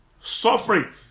suffering